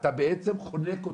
אתה בעצם חונק אותה.